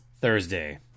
Thursday